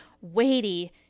weighty